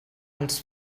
els